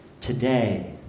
today